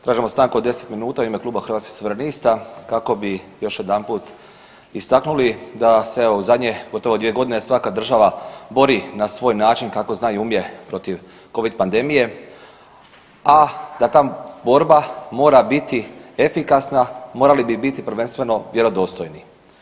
Tražimo stanku od 10 minuta u ime Kluba Hrvatskih suverenista kako bi još jedanput istaknuli da se evo u zadnje gotovo 2.g. svaka država bori na svoj način kako zna i umije protiv covid pandemije, a da ta borba mora biti efikasna morali bi biti prvenstveno vjerodostojni.